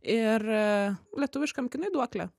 ir lietuviškam kinui duoklę